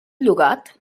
llogat